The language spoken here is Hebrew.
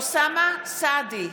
אוסאמה סעדי,